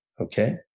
Okay